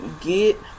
get